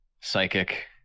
psychic